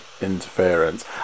interference